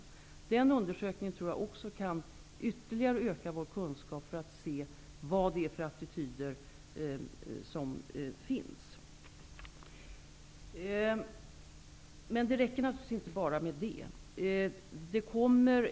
Jag tror att den undersökningen ytterligare kan öka vår kunskap om vilka attityder som finns. Det räcker naturligtvis inte bara med det.